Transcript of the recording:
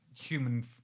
Human